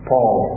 Paul